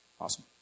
Awesome